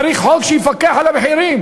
צריך חוק שיפקח על המחירים.